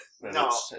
No